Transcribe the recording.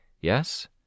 Yes